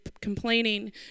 complaining